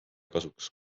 kasuks